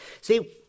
See